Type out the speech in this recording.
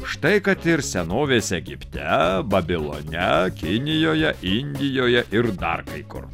štai kad ir senovės egipte babilone kinijoje indijoje ir dar kai kur